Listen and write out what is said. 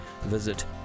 visit